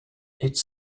its